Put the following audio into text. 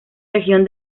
región